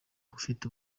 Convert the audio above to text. ufite